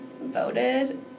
voted